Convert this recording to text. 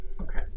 okay